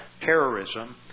terrorism